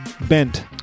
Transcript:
Bent